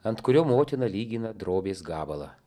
ant kurio motina lygina drobės gabalą